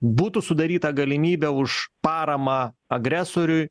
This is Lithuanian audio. būtų sudaryta galimybė už paramą agresoriui